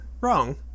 wrong